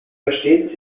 versteht